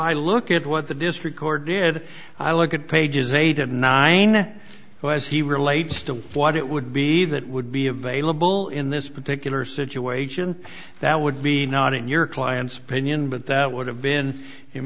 i look at what the district court did i look at pages eight and nine as he relates to what it would be that would be available in this particular situation that would be not in your client's opinion but that would have been in